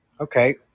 Okay